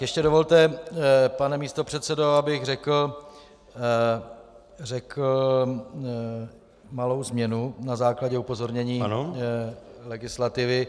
Ještě dovolte, pane místopředsedo, abych řekl malou změnu na základě upozornění legislativy.